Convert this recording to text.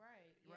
Right